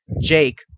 Jake